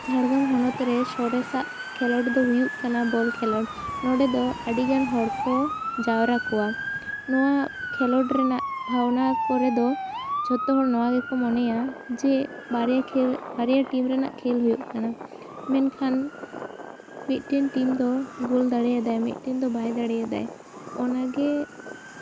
ᱡᱷᱟᱲᱜᱨᱟᱢ ᱦᱚᱱᱚᱛ ᱨᱮ ᱥᱚᱨᱮᱥᱟᱜ ᱠᱷᱮᱞᱳᱰ ᱫᱚ ᱦᱩᱭᱩᱜ ᱠᱟᱱᱟ ᱵᱚᱞ ᱠᱷᱮᱞᱳᱰ ᱱᱚᱰᱮ ᱫᱚ ᱟᱹᱰᱤᱜᱟᱱ ᱦᱚᱲ ᱠᱚ ᱡᱟᱣᱨᱟ ᱠᱚᱣᱟ ᱱᱚᱣᱟ ᱠᱷᱮᱞᱳᱰ ᱨᱮᱱᱟᱜ ᱵᱷᱟᱵᱽᱱᱟ ᱠᱚᱨᱮ ᱫᱚ ᱡᱷᱚᱛᱚ ᱦᱚᱲ ᱱᱚᱣᱟ ᱜᱮᱠᱚ ᱢᱚᱱᱮᱭᱟ ᱡᱮ ᱵᱟᱨᱭᱟ ᱠᱷᱮᱞ ᱡᱮ ᱵᱟᱨᱭᱟ ᱴᱤᱢ ᱨᱮᱭᱟᱜ ᱠᱷᱮᱞ ᱦᱩᱭᱩᱜ ᱠᱟᱱᱟ ᱢᱮᱱᱠᱷᱟᱱ ᱢᱤᱫᱴᱤᱱ ᱴᱤᱢ ᱫᱚ ᱜᱳᱞ ᱫᱟᱲᱮᱭᱟᱫᱟᱭ ᱢᱤᱫᱴᱮᱱ ᱫᱚ ᱵᱟᱭ ᱫᱟᱲᱮᱭᱟᱫᱟᱭ ᱚᱱᱟᱜᱮ